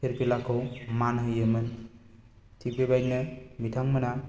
फिरफिलाखौ मान होयोमोन थिक बेबायदिनो बिथांमोनहा